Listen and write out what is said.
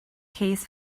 case